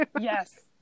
Yes